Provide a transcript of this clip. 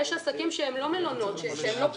יש עסקים שהם לא מלונות, שהם לא קיבוצים,